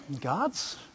God's